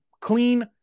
clean